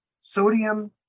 sodium